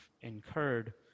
incurred